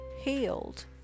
healed